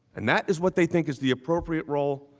and that is what they think is the appropriate role